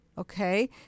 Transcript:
Okay